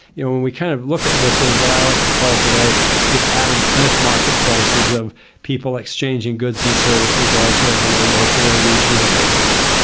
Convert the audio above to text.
you know when we kind of look at sort of what i like to call today the adam smith marketplaces of people exchanging goods and services largely on a local or regional basis.